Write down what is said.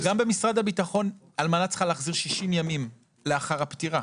אבל גם במשרד הביטחון אלמנה צריכה להחזיר 60 ימים לאחר הפטירה,